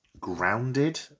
grounded